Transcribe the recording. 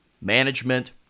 management